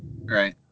Right